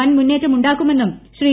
വൻ മുന്നേറ്റമുണ്ടാക്കുമെന്നുംശ്രീ